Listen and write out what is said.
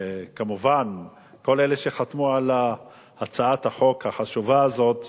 וכמובן את כל אלה שחתמו על הצעת החוק החשובה הזאת,